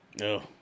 No